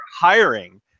hiring